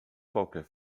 qualquer